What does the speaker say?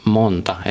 monta